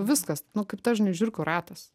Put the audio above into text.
viskas nu kaip dažnai žiurkių ratas